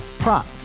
Prop